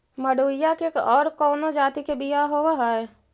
मडूया के और कौनो जाति के बियाह होव हैं?